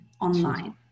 online